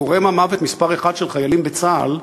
גורם המוות מספר אחת של חיילים בצה"ל,